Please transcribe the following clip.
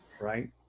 Right